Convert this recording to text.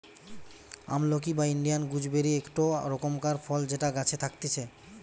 আমলকি বা Indian gooseberry একটো রকমকার ফল যেটা গাছে থাকতিছে